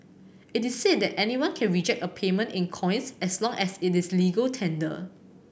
it is said that anyone can reject a payment in coins as long as it is legal tender